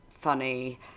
funny